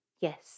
Yes